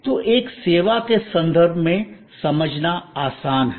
तो एक सेवा के संदर्भ में समझना आसान है